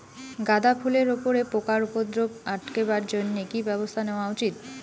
গাঁদা ফুলের উপরে পোকার উপদ্রব আটকেবার জইন্যে কি ব্যবস্থা নেওয়া উচিৎ?